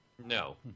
No